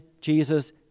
Jesus